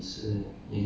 oh yah orh